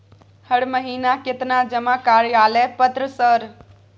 हर महीना केतना जमा कार्यालय पत्र सर?